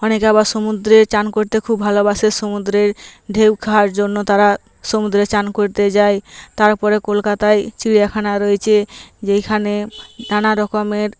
অনেকে আবার সমুদ্রে স্নান করতে খুব ভালোবাসে সুমদ্রে ঢেউ খায়ার জন্য তারা সমুদ্রে স্নান করতে যায় তারপরে কলকাতায় চিড়িয়াখানা রয়েছে যেইখানে নানা রকমের